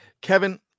Kevin